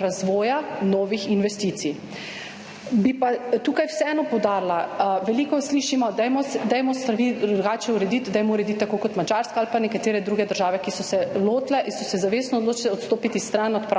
razvoja novih investicij. Bi pa tukaj vseeno poudarila, veliko slišimo, dajmo stvari drugače urediti, dajmo urediti tako kot Madžarska ali pa nekatere druge države, ki so se lotile in so se zavestno odločile odstopiti stran od pravnega